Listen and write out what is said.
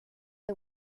the